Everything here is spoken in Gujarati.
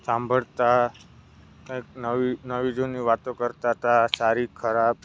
સાંભળતા કંઈક નવી નવી જૂની વાતો કરતા હતા સારી ખરાબ